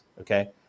okay